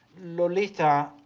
lolita,